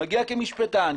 מגיע כמשפטן,